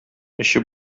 эче